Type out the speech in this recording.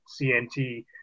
CNT